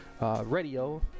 Radio